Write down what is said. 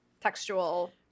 textual